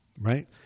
right